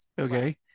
Okay